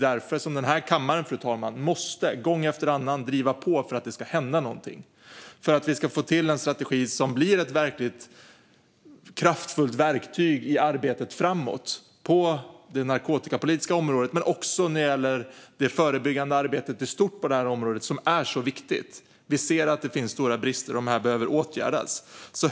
Därför måste den här kammaren gång efter annan driva på för att det ska hända någonting, för att vi ska få till en strategi som blir ett verkligt och kraftfullt verktyg i arbetet framåt på det narkotikapolitiska området men också när det gäller det förebyggande arbetet i stort på området, som är så viktigt. Vi ser att det finns stora brister, och de behöver åtgärdas.